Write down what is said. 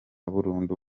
burundu